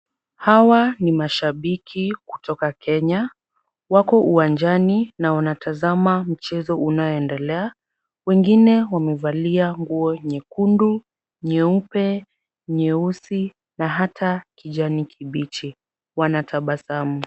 Hawa ni mashabiki kutoka Kenya. Wako uwanjani na wanatazama mchezo unaoendelea. Wengine wamevalia nguo nyekundu, nyeupe, nyeusi na hata kijani kibichi, wanatabasamu.